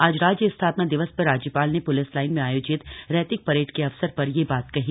आज राज्य स्थापना दिवस पर राज्यपाल ने प्लिस लाइन में आयोजित रैतिक परेड के अवसर पर यह बात कही